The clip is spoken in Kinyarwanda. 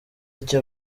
icyo